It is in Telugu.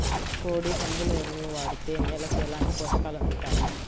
కోడి, పందుల ఎరువు వాడితే నేలకు ఎలాంటి పోషకాలు అందుతాయి